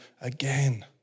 again